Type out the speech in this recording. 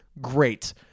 Great